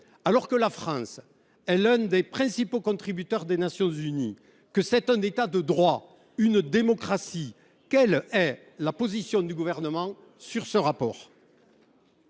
Alors que la France est l’un des principaux contributeurs des Nations unies et qu’elle est un État de droit, une démocratie, quelle est la position du Gouvernement sur ce rapport ?